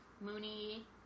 Mooney